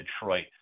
Detroit